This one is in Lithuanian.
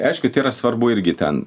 aišku tai yra svarbu irgi ten